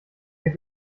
der